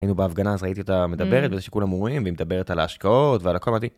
היינו בהפגנה אז ראיתי אותה מדברת, ושכולם אומרים, והיא מדברת על ההשקעות ועל הכל... אמרתי...